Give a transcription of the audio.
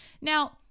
Now